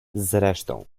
zresztą